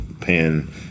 pen